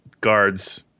guards